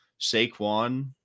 Saquon